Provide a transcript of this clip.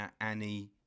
Annie